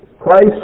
Christ